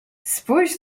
spójrz